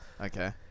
okay